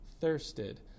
thirsted